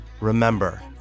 Remember